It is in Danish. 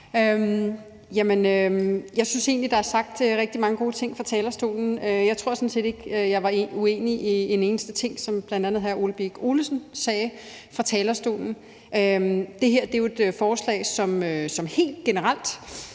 Jeg synes egentlig, der er sagt rigtig mange gode ting fra talerstolen. Jeg tror sådan set ikke, jeg var uenig i en eneste af de ting, som bl.a. hr. Ole Birk Olesen sagde fra talerstolen. Det her er jo et forslag, hvori det helt generelt